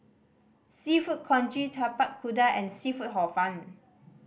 Seafood Congee Tapak Kuda and seafood Hor Fun